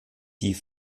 die